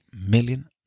million